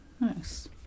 Nice